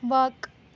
وق